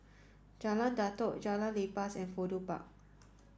Jalan Datoh Jalan Lepas and Fudu Park